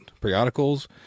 periodicals